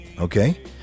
okay